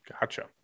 Gotcha